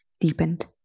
deepened